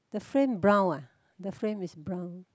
the frame brown uh the frame is brown